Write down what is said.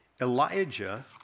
Elijah